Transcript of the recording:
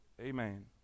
Amen